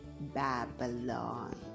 Babylon